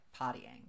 partying